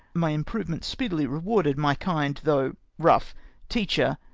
my improvement speedily rewarded my kind though rough teacher,